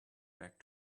back